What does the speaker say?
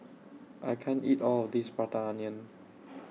I can't eat All of This Prata Onion